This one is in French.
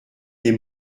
des